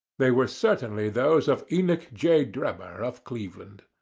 they were certainly those of enoch j. drebber, of cleveland.